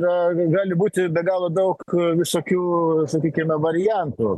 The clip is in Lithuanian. na gali būti be galo daug visokių sakykime variantų